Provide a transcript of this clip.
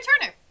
Turner